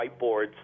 whiteboards